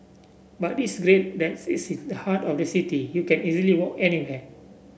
but it's great that it's in the heart of the city you can easily walk anywhere